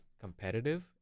competitive